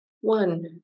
One